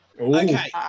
Okay